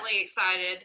excited